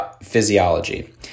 physiology